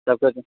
सभ कोइके